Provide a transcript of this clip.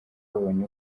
babonye